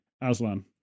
Aslan